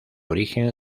origen